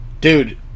Dude